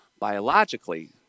Biologically